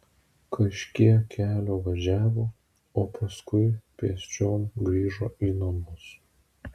kažkiek kelio važiavo o paskui pėsčiom grįžo į namus